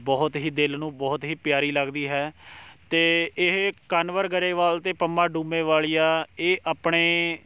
ਬਹੁਤ ਹੀ ਦਿਲ ਨੂੰ ਬਹੁਤ ਹੀ ਪਿਆਰੀ ਲੱਗਦੀ ਹੈ ਅਤੇ ਇਹ ਕਨਵਰ ਗਰੇਵਾਲ ਅਤੇ ਪੰਮਾ ਡੂਮੇਵਾਲੀਆ ਇਹ ਆਪਣੇ